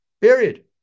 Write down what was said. Period